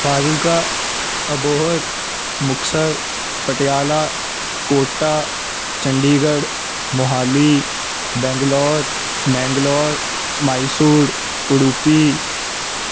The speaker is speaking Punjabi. ਫਾਜ਼ਿਲਕਾ ਅਬੋਹਰ ਮੁਕਤਸਰ ਪਟਿਆਲਾ ਕੋਟਾ ਚੰਡੀਗੜ੍ਹ ਮੁਹਾਲੀ ਬੈਂਗਲੋਰ ਮੈਂਗਲੋਰ ਮਾਈਸੂਰ ਅੜੂਪੀ